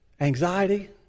anxiety